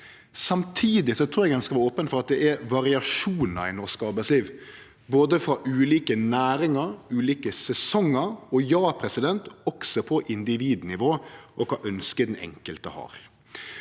Samtidig trur eg ein skal vere open for at det er variasjonar i norsk arbeidsliv, både for ulike næringar, i ulike sesongar og ja, også på individnivå og i kva ønske den enkelte har.